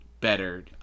better